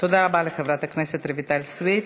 תודה רבה לחברת הכנסת רויטל סויד.